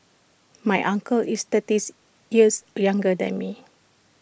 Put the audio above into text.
my uncle is thirties years younger than me